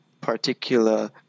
particular